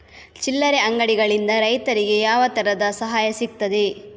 ಚಿಲ್ಲರೆ ಅಂಗಡಿಗಳಿಂದ ರೈತರಿಗೆ ಯಾವ ತರದ ಸಹಾಯ ಸಿಗ್ತದೆ?